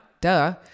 duh